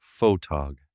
Photog